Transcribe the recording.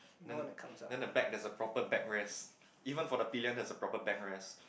then then the back there's a proper back rest even for the pillion has a proper back rest